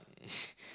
it's